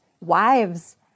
wives